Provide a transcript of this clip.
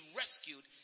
rescued